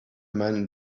man